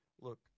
look